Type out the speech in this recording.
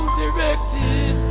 directed